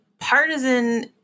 Partisan